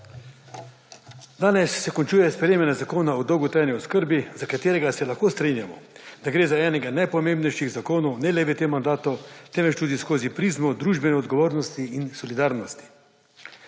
Danes se končuje sprejemanje zakona o dolgotrajni oskrbi, za katerega se lahko strinjamo, da gre za enega najpomembnejših zakonov ne le v tem mandatu, temveč tudi skozi prizmo družbene odgovornosti in solidarnosti.